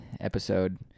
Episode